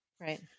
Right